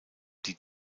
die